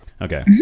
okay